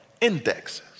indexes